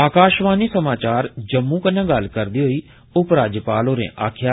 आकाशवाणी समाचार जम्मू कन्नै गल्ल करदे होई उप राज्यपाल होरें आक्खेआ